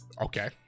Okay